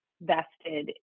vested